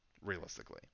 realistically